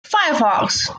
firefox